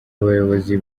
abayobozi